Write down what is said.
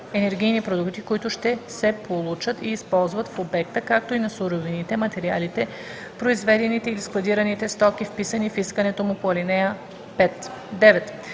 енергийни продукти, които ще се получават и използват в обекта, както и на суровините, материалите, произведените или складираните стоки, вписани в искането му по ал. 5; 9.